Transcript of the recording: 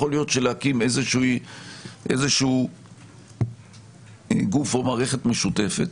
יכול להיות להקים איזשהו גוף או מערכת משותפת